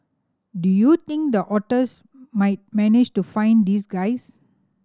do you think the otters might manage to find these guys